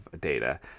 data